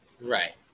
Right